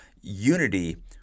unity